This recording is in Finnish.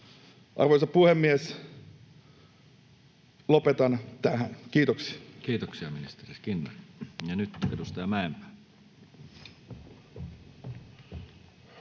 Arvoisa puhemies! Lopetan tähän. Kiitoksia. Kiitoksia, ministeri Skinnari. — Nyt edustaja Mäenpää.